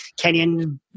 Kenyan